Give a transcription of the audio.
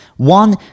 one